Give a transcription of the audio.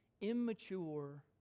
immature